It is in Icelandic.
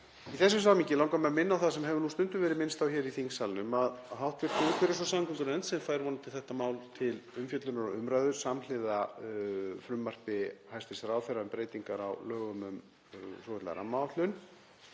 Í þessu samhengi langar mig að minna á það sem hefur stundum verið minnst á hér í þingsalnum, að hv. umhverfis- og samgöngunefnd, sem fær vonandi þetta mál til umfjöllunar og umræðu samhliða frumvarpi hæstv. ráðherra um breytingar á lögum um svokallaða rammaáætlun,